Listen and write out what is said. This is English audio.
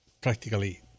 practically